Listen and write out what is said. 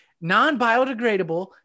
non-biodegradable